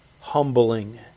humbling